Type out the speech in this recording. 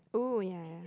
oh ya ya